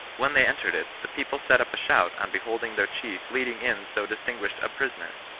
when they entered it, the people set up a shout on beholding their chief leading in so distinguished a prisoner,